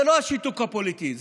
זה לא השיתוק הפוליטי,